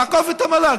לעקוף את המל"ג.